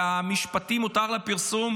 והמשפטים הותר לפרסום